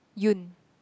Yoon